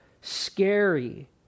Scary